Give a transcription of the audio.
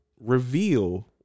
reveal